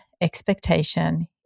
expectation